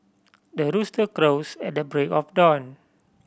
the rooster crows at the break of dawn